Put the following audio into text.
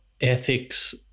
ethics